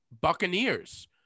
Buccaneers